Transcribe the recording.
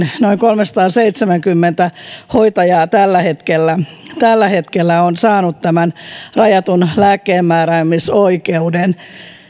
noin kolmesataaseitsemänkymmentä hoitajaa tällä hetkellä tällä hetkellä on saanut tämän rajatun lääkkeenmääräämisoikeuden